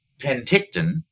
penticton